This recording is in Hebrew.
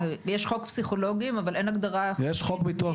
יש חוק פסיכולוגים אבל אין הגדרה --- יש חוק ביטוח